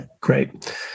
Great